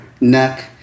neck